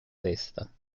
testa